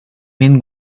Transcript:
mean